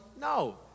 No